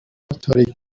تاریک